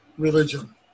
Religion